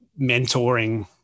mentoring